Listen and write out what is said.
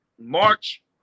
March